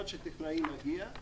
עד שהטכנאי מגיע,